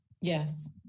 Yes